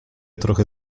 trochę